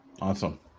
Awesome